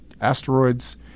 asteroids